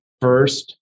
first